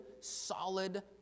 solid